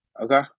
Okay